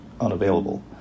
unavailable